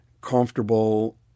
comfortable